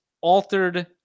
altered